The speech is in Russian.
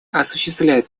осуществляет